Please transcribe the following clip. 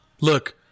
Look